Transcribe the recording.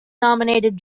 nominated